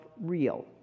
real